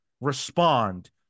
respond